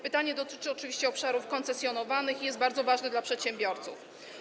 Pytanie dotyczy oczywiście obszarów koncesjonowanych i jest bardzo ważne dla przedsiębiorców.